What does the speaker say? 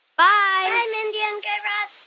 bye bye, mindy and guy raz